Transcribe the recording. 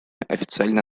официально